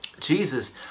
Jesus